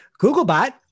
Googlebot